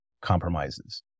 compromises